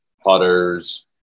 putters